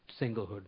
singlehood